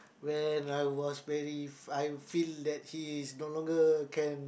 when I was very I feel that he's no longer can